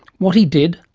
what he did,